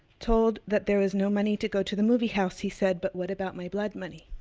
told that there was no money to go to the movie house, he said, but what about my blood money.